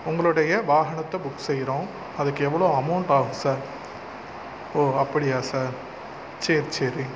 உங்களுடைய வாகனத்தை புக் செய்கிறோம் அதுக்கு எவ்வளோ அமௌண்ட் ஆகும் சார் ஓ அப்படியா சார் சரி சரி